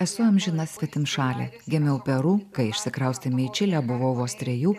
esu amžina svetimšalė gimiau peru kai išsikraustėme į čilę buvau vos trejų